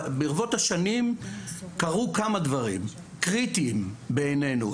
ברבות השנים קרו כמה דברים קריטיים בעינינו.